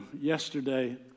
yesterday